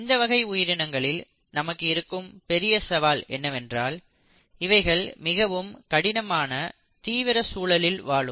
இந்த வகை உயிரினங்களில் நமக்கு இருக்கும் பெரிய சவால் என்னவென்றால் இவைகள் மிகவும் கடினமான தீவிர சூழலில் வாழும்